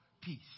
peace